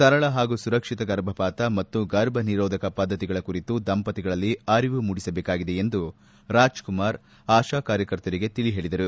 ಸರಳ ಹಾಗೂ ಸುರಕ್ಷಿತ ಗರ್ಭಪಾತ ಮತ್ತು ಗರ್ಭನಿರೋಧಕ ಪದ್ದತಿಗಳ ಕುರಿತು ದಂಪತಿಗಳಲ್ಲಿ ಅರಿವು ಮೂಡಿಸಬೇಕು ಎಂದು ರಾಜಕುಮಾರ್ ಆತಾ ಕಾರ್ಯಕರ್ತೆಯರಿಗೆ ತಿಳಿ ಹೇಳದರು